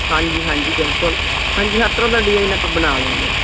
ਹਾਂਜੀ ਹਾਂਜੀ ਬਿਲਕੁਲ ਹਾਂਜੀ ਹਰ ਤਰ੍ਹਾਂ ਦਾ ਡਿਜਾਇਨ ਆਪਾਂ ਬਣਾ ਲੈਂਦੇ ਹਾਂ